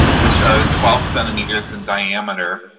which are twelve centimeters in diameter,